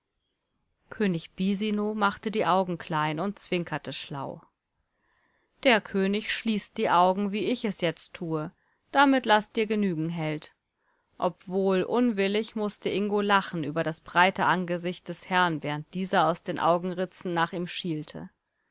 könig bisino machte die augen klein und zwinkerte schlau der könig schließt die augen wie ich es jetzt tue damit laß dir genügen held obwohl unwillig mußte ingo lachen über das breite angesicht des herrn während dieser aus den augenritzen nach ihm schielte